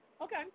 Okay